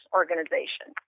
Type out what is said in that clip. organization